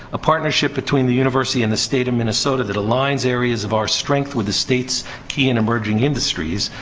a partnership between the university and the state of minnesota that aligns areas of our strength with the state's key and emerging industries,